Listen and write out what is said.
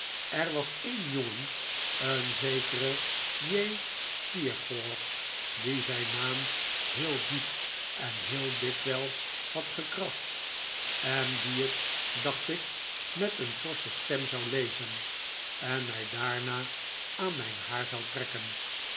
er was een jongen een zekere j steerforth die zijn naam heel diep en heel dikwijls had gekrast en die het dacht ik met een forsche stem zou lezen en mij daarna aan mijn haar zou trekken